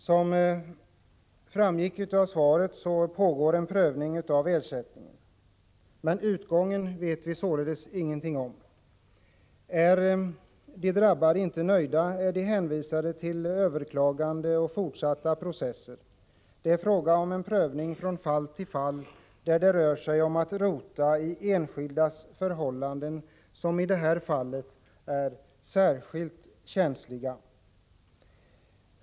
Som framgick av svaret pågår en prövning av frågan om ersättning. Utgången vet vi således ingenting om. Är de drabbade inte nöjda, är de hänvisade till överklagande och fortsatta processer. Det är fråga om en prövning från fall till fall, där det rör sig om att rota i enskildas förhållanden, som i de här fallen är särskilt känsliga.